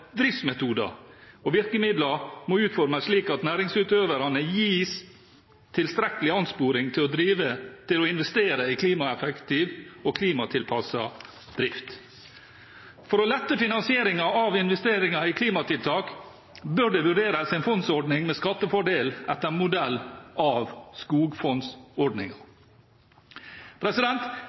driftsmetoder, og virkemidlene må utformes slik at næringsutøverne gis tilstrekkelig ansporing til å investere i klimaeffektiv og klimatilpasset drift. For å lette finansieringen av investeringer i klimatiltak bør det vurderes en fondsordning med skattefordel etter modell av